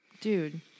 dude